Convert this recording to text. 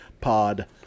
pod